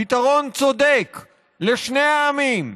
פתרון צודק לשני העמים: